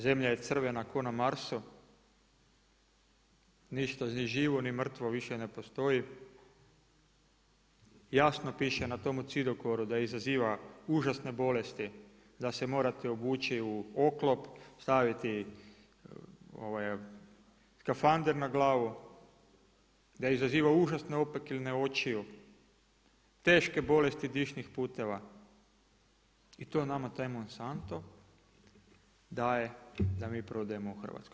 Zemlja je crvena ko na Marsu, ništa ni živo ni mrtvo više ne postoji, jasno piše na tome cidokoru, da izaziva užasne bolesti, da se morate obući u oklop, staviti skafander na glavu, da izaziva užasne opekline očiju, teške bolesti dišnih puteva i to nama taj Monsanto daje da mi prodajemo u Hrvatskoj.